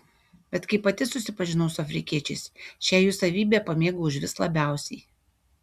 bet kai pati susipažinau su afrikiečiais šią jų savybę pamėgau užvis labiausiai